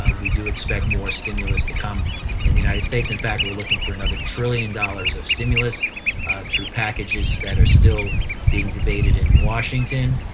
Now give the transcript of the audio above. ah we do expect more stimulus to come in the united states. in fact, we're looking for another trillion dollars of stimulus through packages that are still being debated in washington.